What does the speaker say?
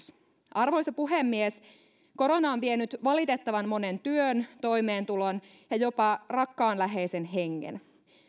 arvoisa puhemies korona on vienyt valitettavan monen työn toimeentulon ja jopa rakkaan läheisen hengen